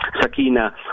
Sakina